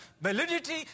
validity